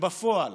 כשבפועל